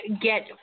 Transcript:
get